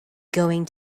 going